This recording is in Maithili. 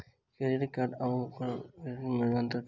डेबिट कार्ड आओर क्रेडिट कार्ड मे की अन्तर छैक?